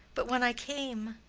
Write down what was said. but when i came,